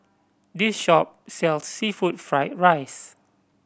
this shop sell seafood fried rice